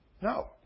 No